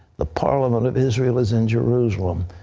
the parliament of israel is in jerusalem.